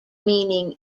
meaning